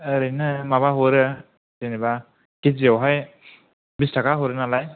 ओरैनो माबा हरो जेनेबा केजियावहाय बिस थाखा हरो नालाय